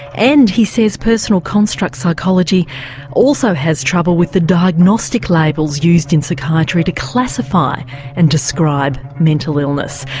and he says personal construct psychology also has trouble with the diagnostic labels used in psychiatry to classify and describe mental illness.